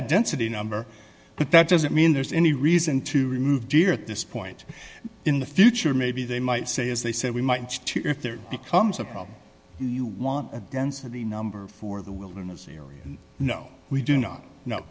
a density number but that doesn't mean there's any reason to remove deer at this point in the future maybe they might say as they said we might if there becomes a problem you want a density number for the wilderness area no we do not know